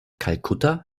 kalkutta